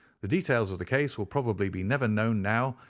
the details of the case will probably be never known now,